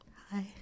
Hi